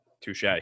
Touche